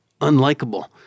unlikable